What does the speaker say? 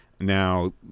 Now